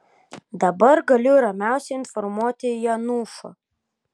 dabar galiu ramiausiai informuoti janušą